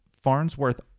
Farnsworth